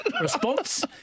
Response